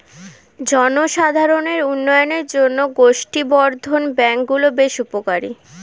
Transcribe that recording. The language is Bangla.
জনসাধারণের উন্নয়নের জন্য গোষ্ঠী বর্ধন ব্যাঙ্ক গুলো বেশ উপকারী